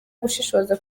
gushishoza